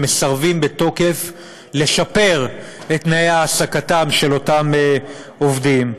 שמסרבים בתוקף לשפר את תנאי העסקתם של אותם עובדים.